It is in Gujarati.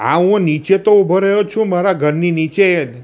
હા હું નીચે તો ઉભો રહ્યો છું મારા ઘરની નીચે જ